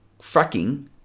fracking